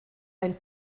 ein